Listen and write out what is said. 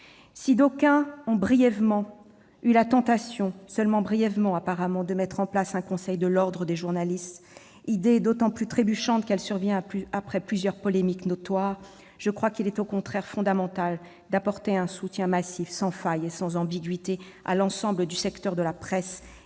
Si d'aucuns ont brièvement eu la tentation de mettre en place un conseil de l'ordre des journalistes, idée d'autant plus trébuchante qu'elle survient après plusieurs polémiques notoires, je crois qu'il est au contraire fondamental d'apporter un soutien massif, sans faille et sans ambiguïté à l'ensemble du secteur de la presse,